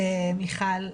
מיכל,